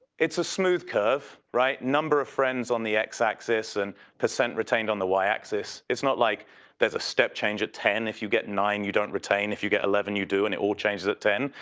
it's a smooth curve, right? number of friends on the x axis and percent retained on the y axis. it's not like there's a step change at ten, if you get nine you don't retain. if you get eleven you do and it all changes at ten.